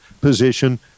position